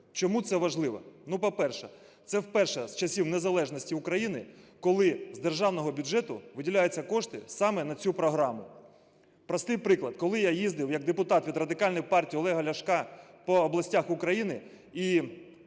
Чому це важливо? Ну, по-перше, це вперше з часів незалежності України, коли з державного бюджету виділяються кошти саме на цю програму. Простий приклад. Коли я їздив як депутат від Радикальної партії Олега Ляшка по областях України і